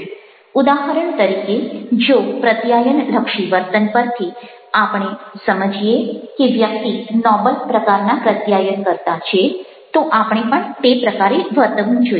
ઉદાહરણ તરીકે જો પ્રત્યાયનલક્ષી વર્તન પરથી આપણે સમજીએ કે વ્યક્તિ નોબલ પ્રકારના પ્રત્યાયનકર્તા છે તો આપણે પણ તે પ્રકારે વર્તવું જોઈએ